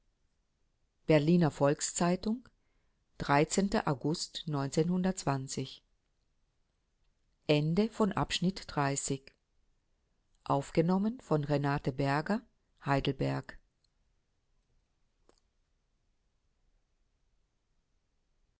berliner volks-zeitung august